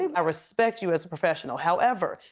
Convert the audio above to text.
i respect you as a professional. however,